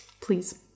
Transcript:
Please